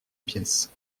pièce